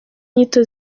nyito